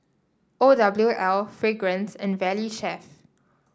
O W L Fragrance and Valley Chef